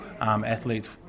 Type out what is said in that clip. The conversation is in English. athletes